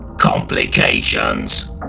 complications